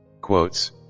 quotes